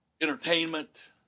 entertainment